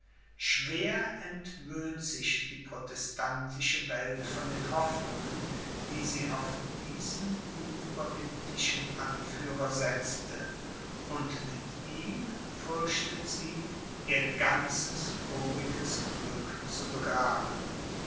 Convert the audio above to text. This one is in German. schwer entwöhnt sich die protestantische welt von den hoffnungen die sie auf diesen unüberwindlichen anführer setzte und mit ihm fürchtet sie ihr ganzes voriges glück zu begraben